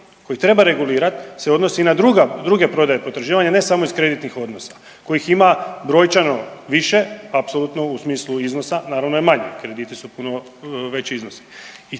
koji treba regulirat se odnosi na druga, druge prodaje potraživanja ne samo iz kreditnih odnosa, kojih ima brojčano više apsolutno u smislu iznosa naravno je manji, krediti su puno veći iznosi